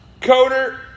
Coder